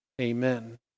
Amen